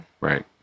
Right